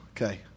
Okay